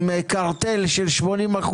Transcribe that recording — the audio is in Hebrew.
עם קרטל של 80%,